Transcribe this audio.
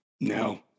No